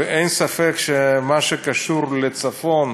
אין ספק שמה שקשור לצפון,